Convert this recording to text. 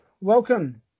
welcome